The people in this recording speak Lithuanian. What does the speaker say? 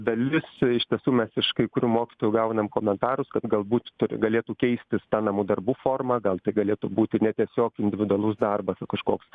dalis iš tiesų mes iš kai kurių mokytojų gaunam komentarus kad galbūt turi galėtų keistis ta namų darbų forma gal tai galėtų būti ne tiesiog individualus darbas o kažkoks